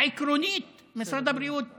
עקרונית, משרד הבריאות תומך,